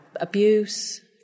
abuse